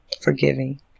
forgiving